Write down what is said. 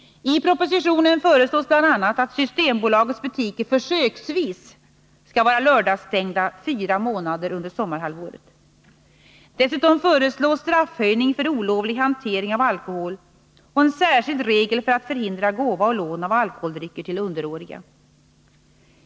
I propositionen föreslås bl.a. att Systembolagets butiker försöksvis skall vara lördagsstängda fyra månader under sommarhalvåret. Dessutom föreslås straffhöjning för olovlig hantering av alkohol och en särskild regel för att förhindra gåva och lån av alkoholdrycker till underåriga.